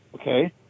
Okay